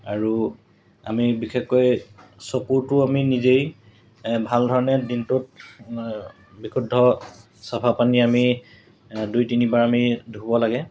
আৰু আমি বিশেষকৈ চকুৰটো আমি নিজেই ভাল ধৰণে দিনটোত বিশুদ্ধ চাফা পানী আমি দুই তিনিবাৰ আমি ধুব লাগে